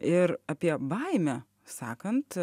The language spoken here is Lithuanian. ir apie baimę sakant